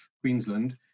Queensland